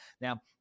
now